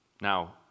Now